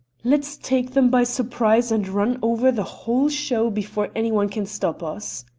let's take them by surprise and run over the whole show before any one can stop us.